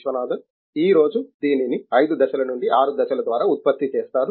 విశ్వనాథన్ ఈ రోజు దీనిని 5 దశలు లేదా 6 దశల ద్వారా ఉత్పత్తి చేస్తారు